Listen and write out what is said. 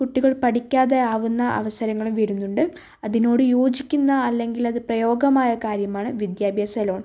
കുട്ടികൾ പഠിക്കാതെ ആവുന്ന അവസരങ്ങളും വരുന്നുണ്ട് അതിനോട് യോജിക്കുന്ന അല്ലെങ്കിലത് പ്രയോഗമായ കാര്യമാണ് വിദ്യാഭ്യാസ ലോൺ